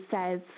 says